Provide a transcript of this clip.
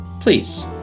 Please